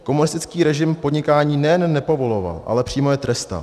Komunistický režim podnikání nejen nepovoloval, ale přímo je trestal.